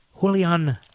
Julian